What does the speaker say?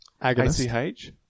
ACH